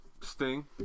Sting